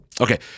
okay